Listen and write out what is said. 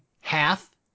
half